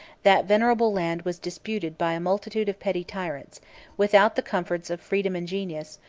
that venerable land was disputed by a multitude of petty tyrants without the comforts of freedom and genius,